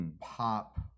pop